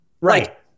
Right